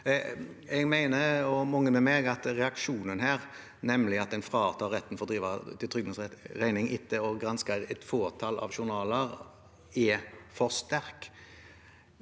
meg mener at reaksjonen her, nemlig at en fratar legen retten til å drive for trygdens regning etter å ha gransket et fåtall journaler, er for sterk.